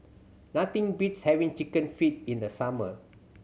nothing beats having Chicken Feet in the summer